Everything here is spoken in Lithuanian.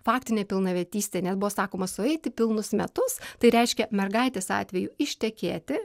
faktinė pilnametystė net buvo sakoma sueiti pilnus metus tai reiškia mergaitės atveju ištekėti